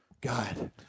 God